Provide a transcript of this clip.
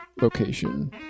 location